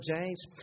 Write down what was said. James